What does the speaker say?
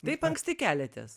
taip anksti keliatės